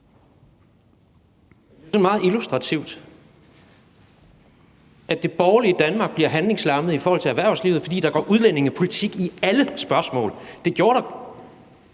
Det er meget illustrativt, at det borgerlige Danmark bliver handlingslammet i forhold til erhvervslivet, fordi der går udlændingepolitik i alle spørgsmål. Det gjorde der